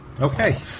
Okay